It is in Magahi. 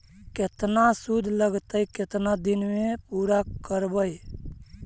केतना शुद्ध लगतै केतना दिन में पुरा करबैय?